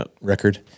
record